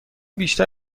بیشتر